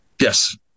Yes